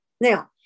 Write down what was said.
Now